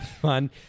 fun